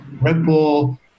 Ripple